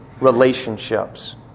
relationships